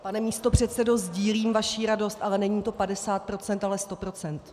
Pane místopředsedo, sdílím vaši radost, ale není to 50 %, ale 100 %.